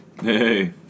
Hey